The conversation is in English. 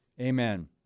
amen